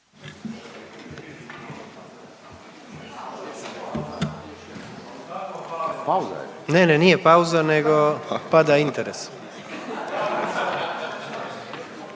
Izvolite. Ne, ne nije pauza nego pada interes.